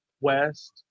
West